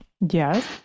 yes